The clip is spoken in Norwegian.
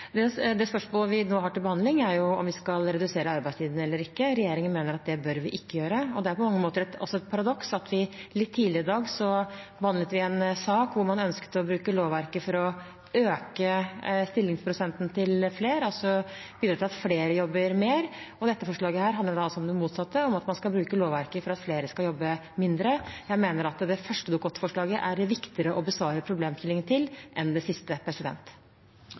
vi skal redusere arbeidstiden eller ikke. Regjeringen mener at det bør vi ikke gjøre. Det er på mange måter også et paradoks at vi litt tidligere i dag behandlet en sak der man ønsket å bruke lovverket for å øke stillingsprosenten til flere, altså bidra til at flere jobber mer. Dette forslaget handler altså om det motsatte, om at man skal bruke lovverket for at flere skal jobbe mindre. Jeg mener at det er viktigere å besvare problemstillingen til det første Dok. 8-forslaget enn til det siste.